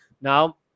Now